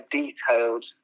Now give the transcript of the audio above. detailed